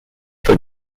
for